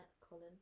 Colin